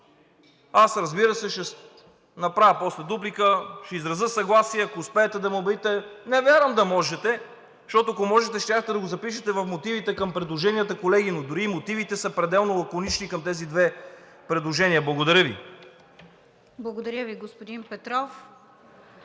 Разбира се, аз ще направя после дуплика, ще изразя съгласие, ако успеете да ме убедите, но не вярвам да можете, защото, ако можете, щяхте да го запишете в мотивите към предложенията, колеги, но дори и мотивите са пределно лаконични към тези две предложения. Благодаря Ви. ПРЕДСЕДАТЕЛ РОСИЦА КИРОВА: